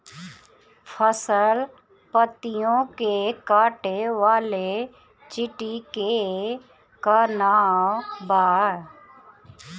फसल पतियो के काटे वाले चिटि के का नाव बा?